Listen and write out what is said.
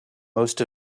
most